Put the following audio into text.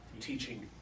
Teaching